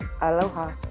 Aloha